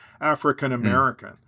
African-American